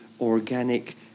organic